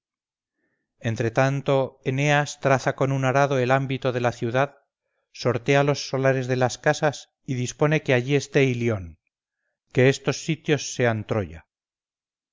entre tanto eneas traza con un arado el ámbito de la ciudad sortea los solares de las casas y dispone que allí esté ilión que estos sitios sean troya